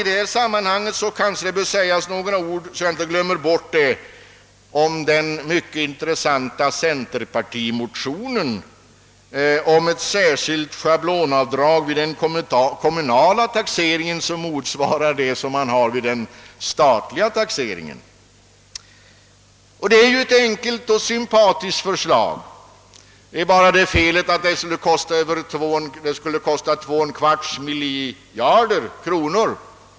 Det kanske även bör sägas några ord om den mycket intressanta centerpartimotionen om ett särskilt schablonavdrag vid kommunal taxering som motsvarar det avdrag som finns vid den statliga taxeringen. Detta är ett enkelt och sympatiskt förslag, som bara har det felet att dess genomförande skulle kosta två och en kvarts miljarder kronor.